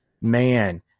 man